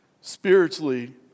Spiritually